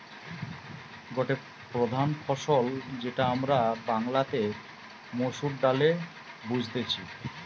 গটে প্রধান ফসল যেটা আমরা বাংলাতে মসুর ডালে বুঝতেছি